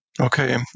Okay